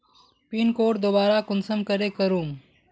Pin code दोबारा कुंसम करे करूम?